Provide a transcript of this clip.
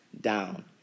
down